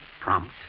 Prompt